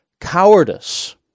cowardice